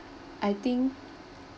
I think